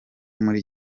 muri